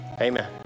Amen